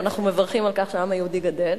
ואנחנו מברכים על כך שהעם היהודי גדל,